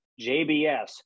JBS